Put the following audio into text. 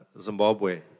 Zimbabwe